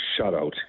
shutout